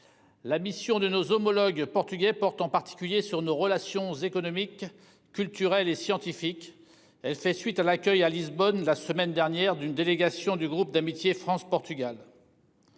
La mission de nos homologues portugais porte en particulier sur nos relations économiques, culturels et scientifiques. Elle fait suite à l'accueil à Lisbonne la semaine dernière d'une délégation du groupe d'amitié France-Portugal.